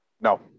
No